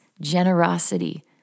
generosity